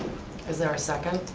is there a second?